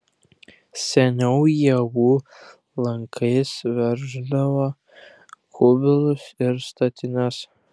seniau ievų lankais verždavo kubilus ir statines